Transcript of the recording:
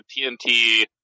TNT